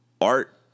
art